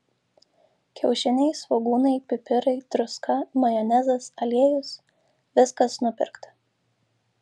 kiaušiniai svogūnai pipirai druska majonezas aliejus viskas nupirkta